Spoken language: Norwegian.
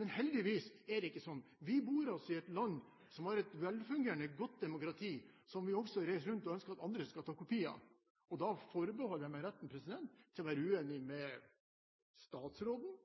Men heldigvis er det ikke sånn. Vi bor i et land som har et velfungerende, godt demokrati som vi også reiser rundt i og ønsker at andre skal ta kopi av. Da forbeholder jeg meg retten til å være uenig med statsråden